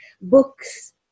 books